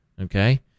Okay